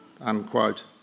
unquote